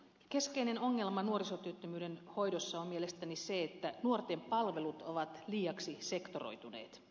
keskeinen ongelma nuorisotyöttömyyden hoidossa on mielestäni se että nuorten palvelut ovat liiaksi sektoroituneet